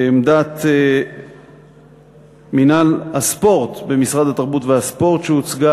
עמדת מינהל הספורט במשרד התרבות והספורט שהוצגה